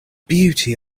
beauty